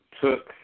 took